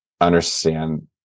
understand